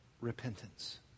repentance